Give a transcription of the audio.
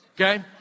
okay